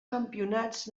campionats